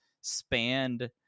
spanned